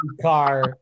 car